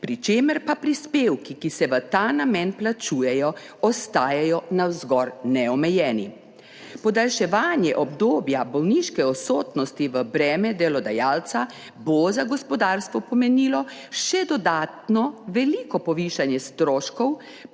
pri čemer pa prispevki, ki se v ta namen plačujejo, ostajajo navzgor neomejeni. Podaljševanje obdobja bolniške odsotnosti v breme delodajalca bo za gospodarstvo pomenilo 5. TRAK: (DAG) – 9.20